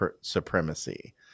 supremacy